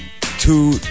two